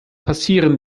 passieren